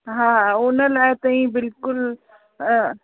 हा उन लाइ तव्हीं बिल्कुलु